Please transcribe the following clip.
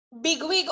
bigwig